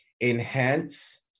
enhance